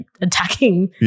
attacking